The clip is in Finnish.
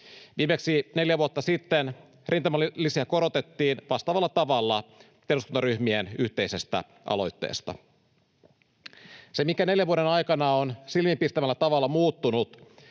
Viimeksi neljä vuotta sitten rintamalisiä korotettiin vastaavalla tavalla eduskuntaryhmien yhteisestä aloitteesta. Se, mikä neljän vuoden aikana on silmiinpistävällä tavalla muuttunut,